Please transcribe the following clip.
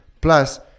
Plus